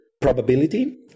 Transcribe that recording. probability